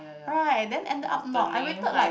right then ended up not I waited like